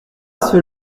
ceux